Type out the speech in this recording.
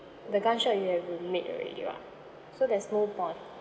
the gunshot you have made already [what] so there's no point